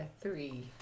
Three